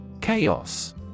Chaos